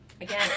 Again